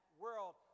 World